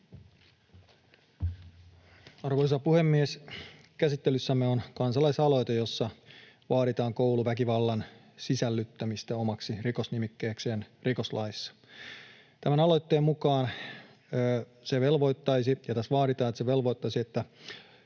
Arvoisa puhemies! Käsittelyssämme on kansalaisaloite, jossa vaaditaan kouluväkivallan sisällyttämistä omaksi rikosnimikkeekseen rikoslaissa. Tämän aloitteen mukaan se velvoittaisi — tässä vaaditaan, että se velvoittaisi — että